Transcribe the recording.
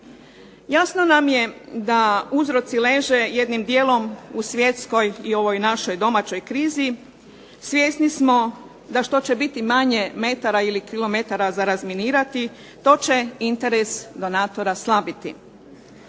Jasno nam je da uzroci leže jednim dijelom u svjetskoj i ovoj našoj domaćoj krizi. Svjesni smo da što će biti manje metara ili kilometara za razminirati to će interes donatora slabiti.